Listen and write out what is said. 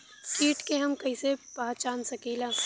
कीट के हम कईसे पहचान सकीला